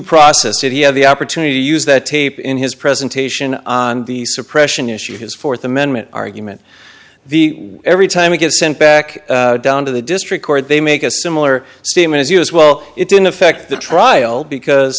process if he had the opportunity to use that tape in his presentation on the suppression issue his fourth amendment argument every time you get sent back down to the district court they make a similar scene as you as well it didn't affect the trial because